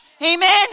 Amen